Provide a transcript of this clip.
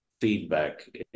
feedback